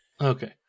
Okay